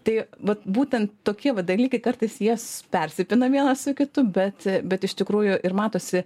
tai vat būtent tokie va dalykai kartais jie persipina vienas su kitu bet bet iš tikrųjų ir matosi